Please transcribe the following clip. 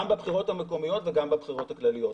גם בבחירות המקומיות וגם בבחירות הכלליות.